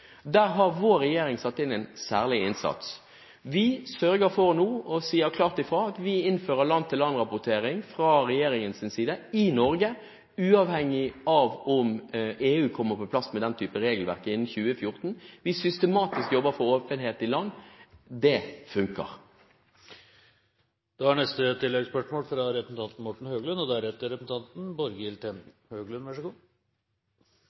Der har vår regjering satt inn en særlig innsats. Vi sørger nå for og sier klart fra at vi innfører land-til-land-rapportering fra regjeringens side i Norge, uavhengig av om EU kommer på plass med den type regelverk innen 2014. Vi jobber systematisk for åpenhet i land. Det funker. Morten Høglund – til oppfølgingsspørsmål. Det er bra at regjeringen går igjennom mottakere av norsk bistand og